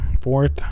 fourth